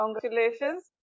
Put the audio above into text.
Congratulations